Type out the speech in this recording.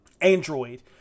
android